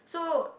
so